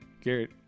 Garrett